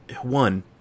One